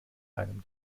einem